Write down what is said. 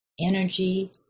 energy